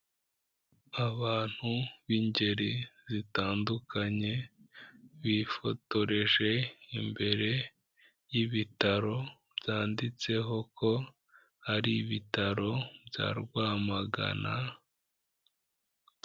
Abantu b'ingeri zitandukanye, bifotoreje imbere y'ibitaro byanditseho ko ari ibitaro bya Rwamagana.